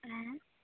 হ্যাঁ